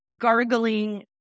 gargling